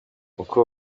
uko